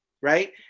right